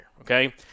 Okay